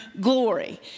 glory